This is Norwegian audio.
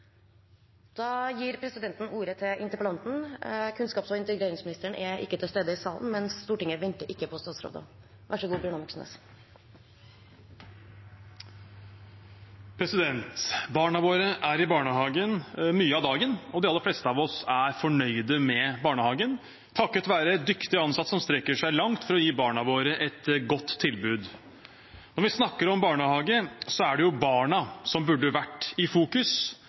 Da gir presidenten ordet til interpellanten, Bjørnar Moxnes. Kunnskaps- og integreringsministeren er ikke til stede i salen, men Stortinget venter ikke på statsråder. Barna våre er i barnehagen mye av dagen, og de aller fleste av oss er fornøyd med barnehagen, takket være dyktige ansatte som strekker seg langt for å gi barna våre et godt tilbud. Når vi snakker om barnehage, er det jo barna som burde vært i fokus,